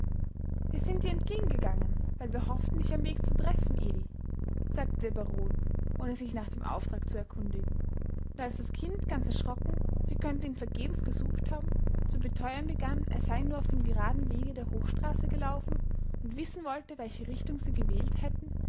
wir sind dir entgegengegangen weil wir hofften dich am weg zu treffen edi sagte der baron ohne sich nach dem auftrag zu erkundigen und als das kind ganz erschrocken sie könnten ihn vergebens gesucht haben zu beteuern begann er sei nur auf dem geraden wege der hochstraße gelaufen und wissen wollte welche richtung sie gewählt hätten